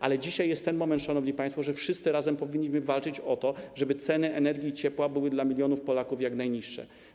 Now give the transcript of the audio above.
Ale dzisiaj jest ten moment, szanowni państwo, że wszyscy razem powinniśmy walczyć o to, żeby ceny energii i ciepła były dla milionów Polaków jak najniższe.